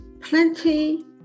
Plenty